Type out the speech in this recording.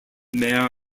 mayor